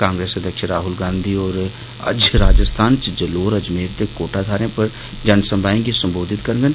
कांग्रेस अध्यक्ष राहल गांधी होर अज्ज राजस्थान च जलोर अजमेर ते कोटा थाहें पर जनसभाएं गी संबोधित करङन